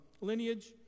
lineage